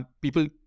People